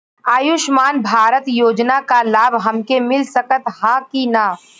आयुष्मान भारत योजना क लाभ हमके मिल सकत ह कि ना?